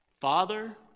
Father